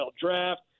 draft